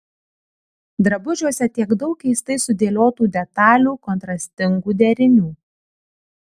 drabužiuose tiek daug keistai sudėliotų detalių kontrastingų derinių